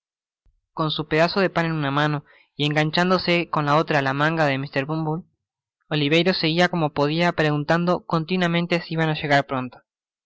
con su pedazo de pan en una mano y enganchandose con la otra á la manga de mr bumble oliverio seguia como podia preguntando continuamente si iban á llegar pronto mr